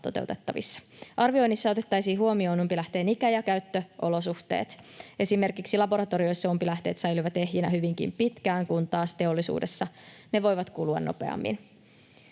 toteutettavissa. Arvioinnissa otettaisiin huomioon umpilähteen ikä ja käyttöolosuhteet. Esimerkiksi laboratorioissa umpilähteet säilyvät ehjinä hyvinkin pitkään, kun taas teollisuudessa ne voivat kulua nopeammin.